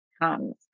comes